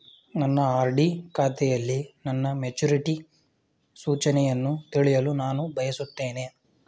ನನ್ನ ಆರ್.ಡಿ ಖಾತೆಯಲ್ಲಿ ನನ್ನ ಮೆಚುರಿಟಿ ಸೂಚನೆಯನ್ನು ತಿಳಿಯಲು ನಾನು ಬಯಸುತ್ತೇನೆ